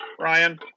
Ryan